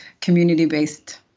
community-based